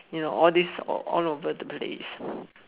you know all this all over the place